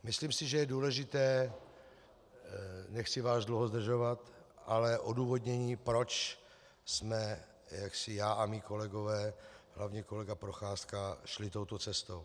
Myslím si, že je důležité nechci vás dlouho zdržovat odůvodnění, proč jsme já a moji kolegové, hlavně kolega Procházka, šli touto cestou.